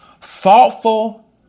thoughtful